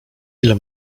ile